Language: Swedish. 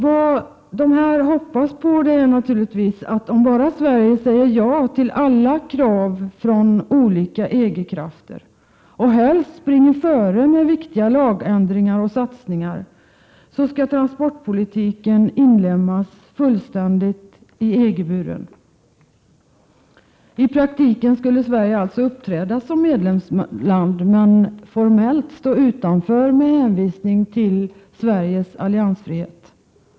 Vad man hoppas på är naturligtvis att om bara Sverige säger ja till alla krav från olika EG-krafter och helst springer före med viktiga lagändringar och satsningar, då skall transportpolitiken inlemmas fullständigt i EG-buren. I praktiken skulle Sverige alltså uppträda som ett medlemsland men formellt stå utanför, med hänvisning till Sveriges alliansfrihet.